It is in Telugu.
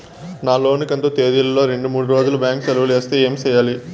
నా లోను కంతు తేదీల లో రెండు మూడు రోజులు బ్యాంకు సెలవులు వస్తే ఏమి సెయ్యాలి?